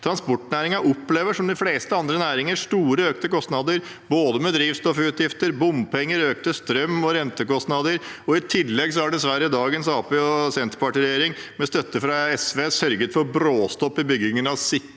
Transportnæringen opplever som de fleste andre næringer store økte kostnader: både drivstoffutgifter, bompenger og økte strøm- og rentekostnader. I tillegg har dessverre dagens Arbeiderparti–Senterpartiregjering med støtte fra SV sørget for bråstopp i byggingen av sikre